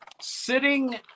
sitting